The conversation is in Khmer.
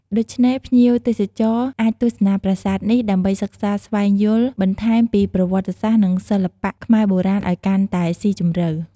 ដូច្នេះភ្ញៀវទេសចរអាចទស្សនាប្រាសាទនេះ ដើម្បីសិក្សាស្វែងយល់បន្ថែមពីប្រវត្តិសាស្ត្រ និងសិល្បៈខ្មែរបុរាណឲ្យកាន់តែសុីជម្រៅ។